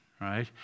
right